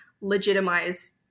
legitimize